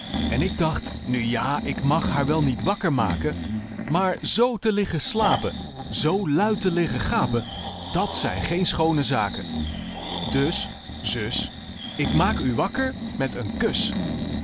en k dacht nu ja ik mag haar wel niet wakker maken maar zoo te liggen slapen zoo lui te liggen gapen dat zijn geen schoone zaken dus zus ik maak u wakker met een kus